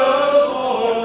no